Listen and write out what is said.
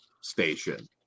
station